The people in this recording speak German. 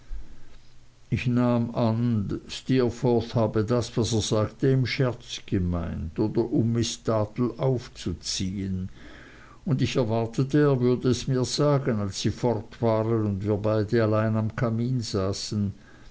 ich nahm an steerforth habe das was er sagte im scherz gemeint oder um miß dartle aufzuziehen und ich erwartete er würde es mir sagen als sie fort waren und wir beide allein am kamin saßen